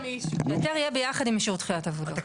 שההיתר יהיה יחד עם אישור תחילת העבודה.